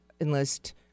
enlist